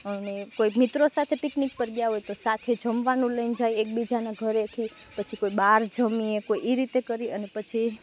અને કોઈ મિત્રો સાથે પિકનિક પર ગયાં હોય તો સાથે જમવાનું લઈને જઈએ એકબીજાનાં ઘરેથી પછી કોઈ બહાર જમીએ કોઈ એ રીતે કરીએ અને પછી